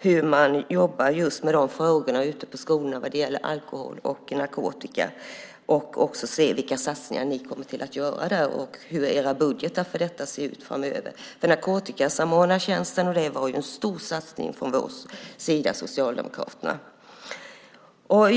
hur man jobbar med alkohol och narkotikafrågorna ute på skolorna. Jag kommer också att se på vilka satsningar alliansen gör på det området samt hur budgetarna för detta kommer att se ut framöver. Narkotikasamordnartjänsten var ju en stor satsning från Socialdemokraternas sida.